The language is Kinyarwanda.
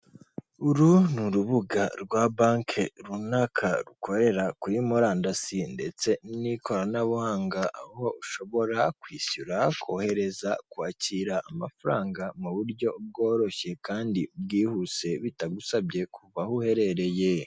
Uru ni urubuga rwa banki runaka rukorera kuri murandasi ndetse n'ikoranabuhanga aho ushobora kwishyura, kohereza, kwakira amafaranga muburyo bworoshye kandi bwihuse bitagusabye kuva aho uherereye.